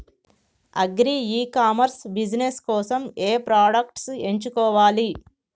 Agri e commerce business కోసము ఏ products ఎంచుకోవాలి?